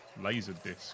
Laserdisc